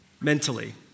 Mentally